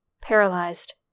paralyzed